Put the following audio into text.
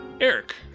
Eric